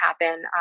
happen